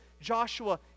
Joshua